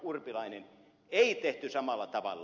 urpilainen ei tehty samalla tavalla